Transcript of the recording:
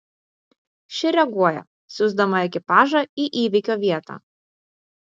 ši reaguoja siųsdama ekipažą į įvykio vietą